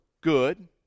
good